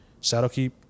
Shadowkeep